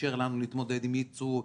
שאפשר לנו להתמודד עם ייצוא,